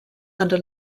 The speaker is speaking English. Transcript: under